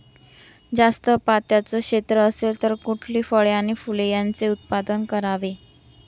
जास्त पात्याचं क्षेत्र असेल तर कुठली फळे आणि फूले यांचे उत्पादन करावे?